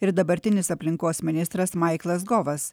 ir dabartinis aplinkos ministras maiklas govas